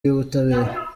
y’ubutabera